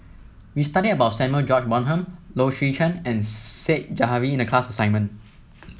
we studied about Samuel George Bonham Low Swee Chen and Said Zahari in the class assignment